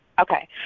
Okay